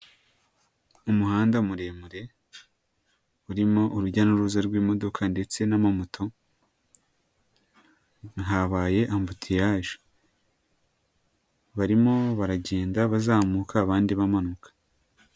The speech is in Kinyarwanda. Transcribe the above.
Umuhanda muremure urimo urujya n'uruza rw'imodoka ndetse n'ama moto, habaye ambutiyage barimo baragenda bazamuka abandi bamanuka.